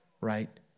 right